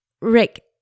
Rick